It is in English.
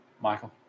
Michael